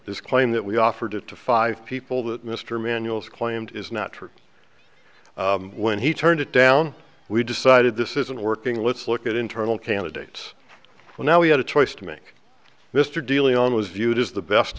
it his claim that we offered it to five people that mr manuals claimed is not true when he turned it down we decided this isn't working let's look at internal candidates now we had a choice to make mr dealing on was viewed as the best